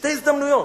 בשתי הזדמנויות,